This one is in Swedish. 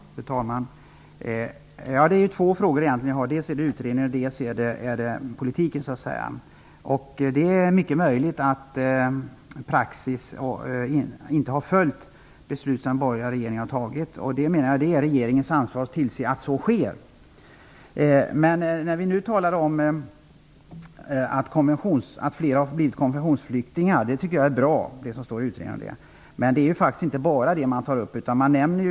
Fru talman! Jag har egentligen två frågor. Den ena handlar om utredningen. Den andra handlar om politiken. Det är mycket möjligt att man i praktiken inte har följt de beslut som den borgerliga regeringen har fattat, men jag menar att det är regeringens ansvar att tillse att så sker. Vi talar nu om att fler har blivit konventionsflyktingar. Det som står i utredningen om detta tycker jag är bra, men utredningen tar faktiskt inte bara upp det.